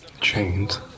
Chains